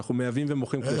אנחנו מייבאים ומוכרים כלי שיט.